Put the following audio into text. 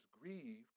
grieved